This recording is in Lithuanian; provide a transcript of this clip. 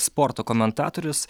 sporto komentatorius